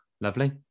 Lovely